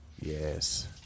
Yes